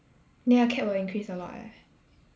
then your CAP will increase a lot eh